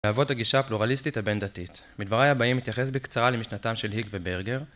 מאבות הגישה הפלורליסטית הבין-דתית. בדבריי הבאים אתייחס בקצרה למשנתם של היג וברגר.